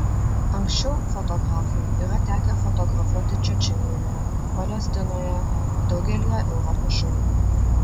anksčiau fotografui yra tekę fotografuoti čečėnijoje palestinoje daugelyje europos šalių